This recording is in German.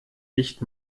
nicht